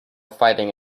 fighting